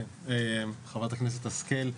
חברת הכנסת השכל,